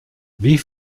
wie